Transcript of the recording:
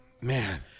man